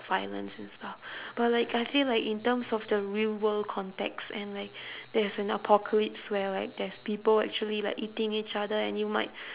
violence and stuff but like I feel like in terms of the real world context and like there's an apocalypse where like there's people actually like eating each other and you might